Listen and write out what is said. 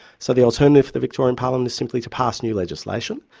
so the alternative for the victorian parliament is simply to pass new legislation,